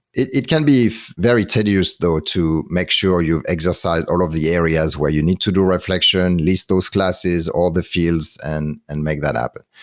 it it can be very tedious though to make sure you've exercised all of the areas where you need to do reflection, list those classes, all the fields and and make that happen.